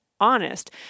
honest